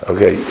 Okay